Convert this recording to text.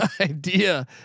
idea